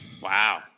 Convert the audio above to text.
Wow